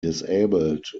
disabled